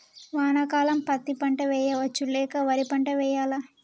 వానాకాలం పత్తి పంట వేయవచ్చ లేక వరి పంట వేయాలా?